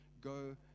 go